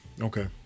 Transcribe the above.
Okay